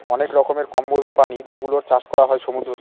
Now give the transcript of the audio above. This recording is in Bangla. অনেক রকমের কম্বোজ প্রাণী যেগুলোর চাষ করা হয় সমুদ্রতে